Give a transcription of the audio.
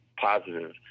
positive